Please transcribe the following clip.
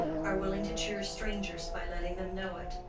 are willing to cheer strangers by letting them know it.